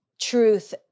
truth